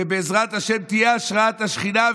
ובעזרת השם תהיה השראת השכינה,